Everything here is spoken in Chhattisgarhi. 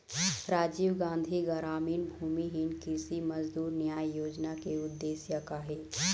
राजीव गांधी गरामीन भूमिहीन कृषि मजदूर न्याय योजना के उद्देश्य का हे?